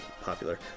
popular